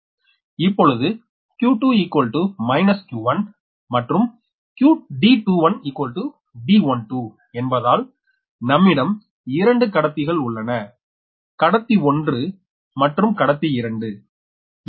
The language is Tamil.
இப்பொழுது 𝑞2 𝑞1 and D21D12 என்பதால் நம்மிடம் 2 கடத்திகள் உள்ளன கடத்தி 1 மற்றும் கடத்தி 2